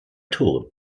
tore